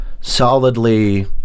solidly